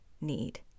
need